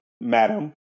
Madam